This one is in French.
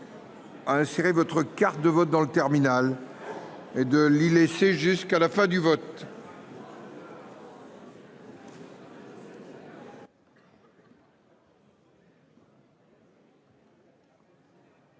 Ah insérer votre carte de vote dans le terminal. Et de l'laisser jusqu'à la fin du vote.